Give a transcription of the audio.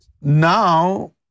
now